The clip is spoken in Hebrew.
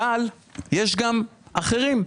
אבל יש גם אחרים.